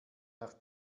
nach